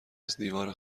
ازدیوار